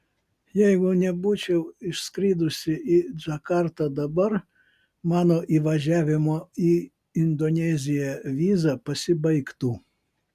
jeigu nebūčiau išskridusi į džakartą dabar mano įvažiavimo į indoneziją viza pasibaigtų